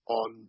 on